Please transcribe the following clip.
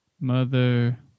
mother